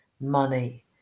money